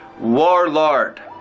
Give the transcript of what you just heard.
warlord